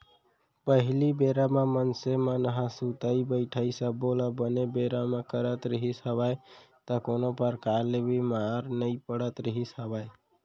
पहिली बेरा म मनसे मन ह सुतई बइठई सब्बो ल बने बेरा म करत रिहिस हवय त कोनो परकार ले बीमार नइ पड़त रिहिस हवय